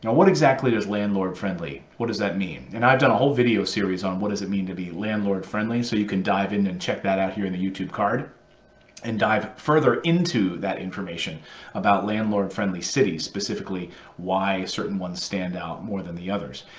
you know what exactly does landlord friendly, what does that mean? and i did a whole video series on what does it mean to be landlord friendly. so you can dive in and check that out here in the youtube card and dive further into that information about landlord friendly cities, specifically why certain ones stand out more than the others.